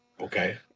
okay